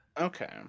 Okay